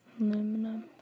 Aluminum